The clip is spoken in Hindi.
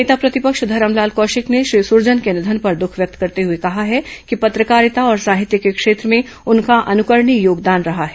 नेता प्रतिपक्ष धरमलाल कौशिक ने श्री सुरजन के निधन पर दुख व्यक्त करते हुए कहा है कि पत्रकारिता और साहित्य के क्षेत्र भें उनका अनुकरणीय योगदान रहा है